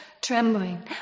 trembling